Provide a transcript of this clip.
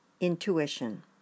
intuition